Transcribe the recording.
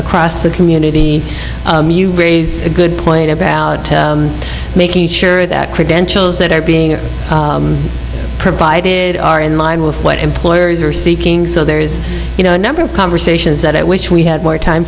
across the community is a good point about making sure that credentials that are being provided are in line with what employers are seeking so there is you know a number of conversations that i wish we had more time